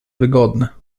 wygodne